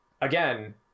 again